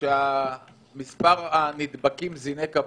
שמספר הנדבקים זינק הבוקר.